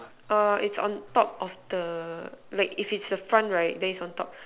err it's on top of the like if it's the front right then it's on top